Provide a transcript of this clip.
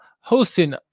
hosting